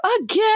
again